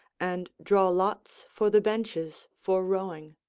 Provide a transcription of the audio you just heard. and draw lots for the benches for rowing.